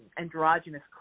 androgynous